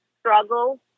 struggle